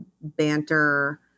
banter